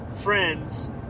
friends